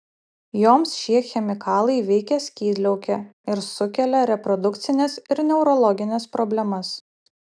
joms šie chemikalai veikia skydliaukę ir sukelia reprodukcines ir neurologines problemas